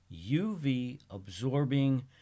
UV-absorbing